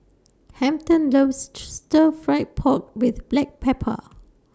Hampton loves Stir Fry Pork with Black Pepper